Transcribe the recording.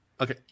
Okay